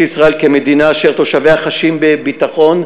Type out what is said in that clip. ישראל כמדינה אשר תושביה חשים בביטחון,